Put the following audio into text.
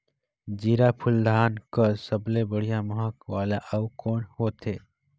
जीराफुल धान कस सबले बढ़िया महक वाला अउ कोन होथै?